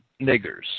niggers